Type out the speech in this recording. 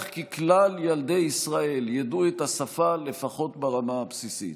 כי כלל ילדי ישראל ידעו את השפה לפחות ברמה הבסיסית.